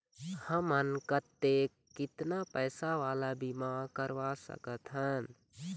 हमन कतेक कितना पैसा वाला बीमा करवा सकथन?